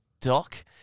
Doc